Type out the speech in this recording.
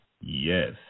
Yes